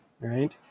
Right